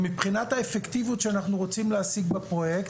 מבחינת האפקטיבית שאנחנו רוצים להשיג בפרויקט,